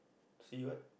see what